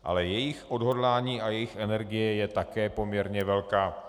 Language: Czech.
Ale jejich odhodlání a jejich energie je také poměrně velká.